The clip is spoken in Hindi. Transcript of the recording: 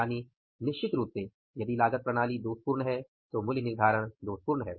यानि निश्चित रूप से यदि लागत प्रणाली दोषपूर्ण है तो मूल्य निर्धारण दोषपूर्ण है